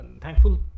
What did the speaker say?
thankful